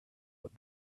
what